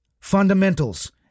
fundamentals